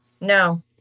No